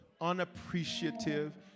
unappreciative